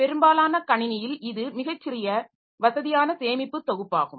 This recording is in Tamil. பெரும்பாலான கணினியில் இது மிகச் சிறிய வசதியான சேமிப்பு தொகுப்பாகும்